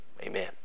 Amen